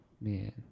man